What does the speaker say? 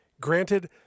Granted